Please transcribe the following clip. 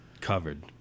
covered